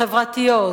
חברתיות,